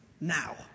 Now